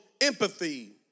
empathy